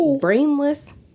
brainless